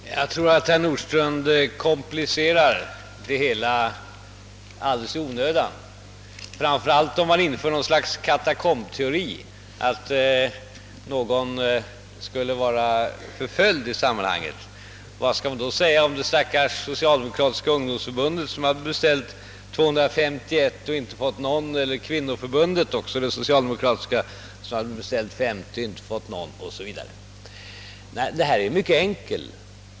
Herr talman! Jag tror att herr Nord strandh komplicerar frågan alldeles i onödan — framför allt om han uppställer något slags »katakombteori»: att någon skulle vara förföljd i sammanhanget. Vad skall man då säga om det stackars Socialdemokratiska ungdomsförbundet som beställt 251 exemplar och inte fått något eller Socialdemokratiska kvinnoförbundet som beställt 50 och inte fått något? Detta är mycket enkelt.